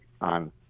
on